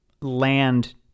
land